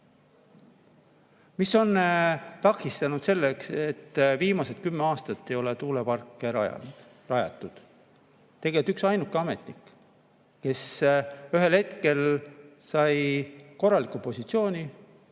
Mis on takistanud, et viimased kümme aastat ei ole tuuleparke rajatud? Tegelikult üksainuke ametnik, kes ühel hetkel sai korraliku positsiooni,